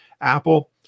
Apple